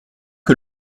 que